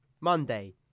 Monday